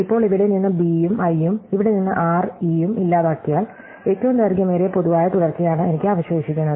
ഇപ്പോൾ ഇവിടെ നിന്ന് b യും i ഉം ഇവിടെ നിന്നും r e ഉം ഇല്ലാതാക്കിയാൽ ഏറ്റവും ദൈർഘ്യമേറിയ പൊതുവായ തുടർച്ചയാണ് എനിക്ക് അവശേഷിക്കുന്നത്